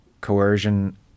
coercion